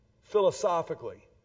philosophically